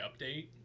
update